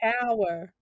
power